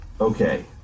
Okay